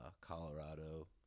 colorado